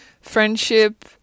friendship